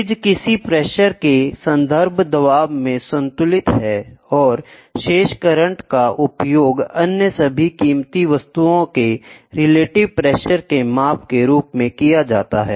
bridge किसी pressure के संदर्भ दबाव में संतुलित है और शेष करंट का उपयोग अन्य सभी कीमती वस्तुओं के रिलेटिव प्रेशर के माप के रूप में किया जाता है